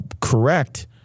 Correct